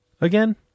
again